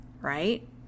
right